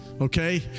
Okay